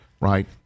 Right